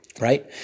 right